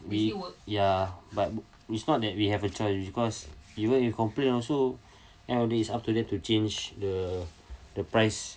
we ya but it's not that we have a choice because even if complain also and of this after that to change the the price